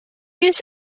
use